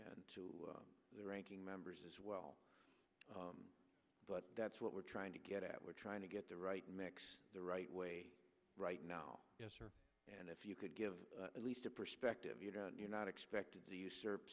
and to the ranking members as well but that's what we're trying to get at we're trying to get the right mix the right way right now and if you could give at least a perspective you know you're not expected to usurp